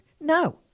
No